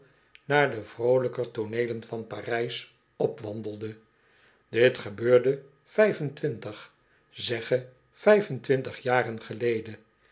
naar de vroolijker tooneelen van parijs opwandelde dit gebeurde vijf-en-twintig zegge vijf en twintig jaren geleden